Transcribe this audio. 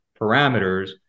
parameters